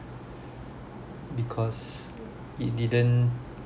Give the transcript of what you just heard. because it didn't